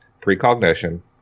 precognition